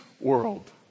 world